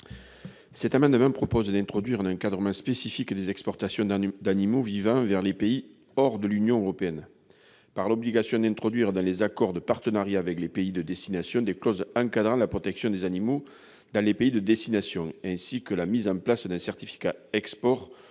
tend à introduire un encadrement spécifique des exportations d'animaux vivants vers des pays hors de l'Union européenne, par l'obligation d'introduire dans les accords de partenariat avec les pays de destination des clauses encadrant la protection des animaux dans ces pays, ainsi que la mise en place d'un certificat à l'export